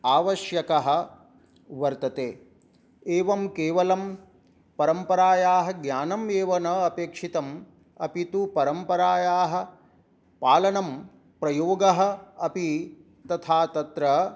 आवश्यकः वर्तते एवं केवलं परम्परायाः ज्ञानमेव न अपेक्षितम् अपि तु परम्परायाः पालणं प्रयोगः अपि तथा तत्र